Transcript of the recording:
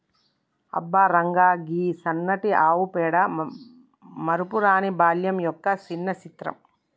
అబ్బ రంగా, గీ సన్నటి ఆవు పేడ మరపురాని బాల్యం యొక్క సిన్న చిత్రం